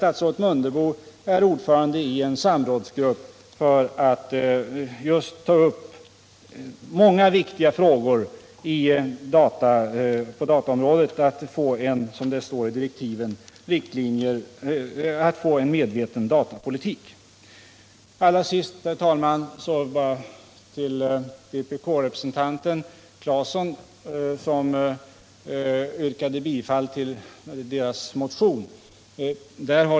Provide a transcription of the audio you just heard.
Statsrådet Mundebo är exempelvis ordförande i en samrådsgrupp, som just skall ta upp många viktiga frågor på dataområdet för att, som det står i direktiven, få till stånd en medveten datapolitik. Till sist, herr talman, vill jag vända mig till vpk-representanten Claeson, som yrkade bifall till partiets motion.